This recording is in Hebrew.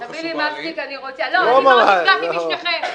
-- אז תפני לקולגות שלך באופוזיציה.